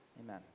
Amen